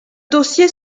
dossier